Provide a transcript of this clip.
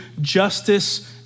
justice